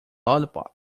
lollipop